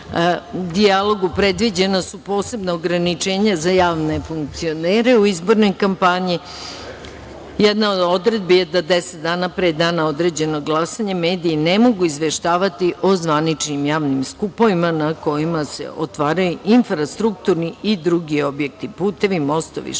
dijalogu, Predviđena su posebna ograničenja za javne funkcionere u izbornoj kampanji. Jedna od odredbi je da 10 dana pre dana određenog za glasanje, mediji ne mogu izveštavati o zvaničnim javnim skupovima na kojima se otvaraju infrastrukturni i drugi objekti, putevi, mostovi, škole,